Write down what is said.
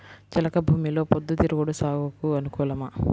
చెలక భూమిలో పొద్దు తిరుగుడు సాగుకు అనుకూలమా?